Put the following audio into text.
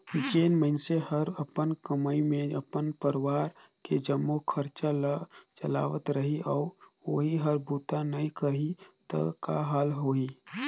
जेन मइनसे हर अपन कमई मे अपन परवार के जम्मो खरचा ल चलावत रही अउ ओही हर बूता नइ करही त का हाल होही